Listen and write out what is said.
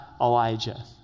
Elijah